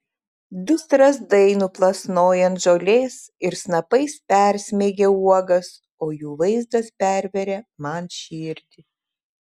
du strazdai nuplasnoja ant žolės ir snapais persmeigia uogas o jų vaizdas perveria man širdį